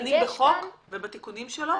כשדנים בחוק ובתיקונים שלו,